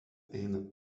eina